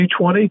2020